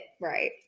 Right